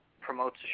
promotes